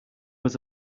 was